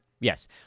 Yes